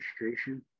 administration